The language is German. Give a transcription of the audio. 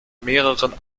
mehreren